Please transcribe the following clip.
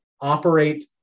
operate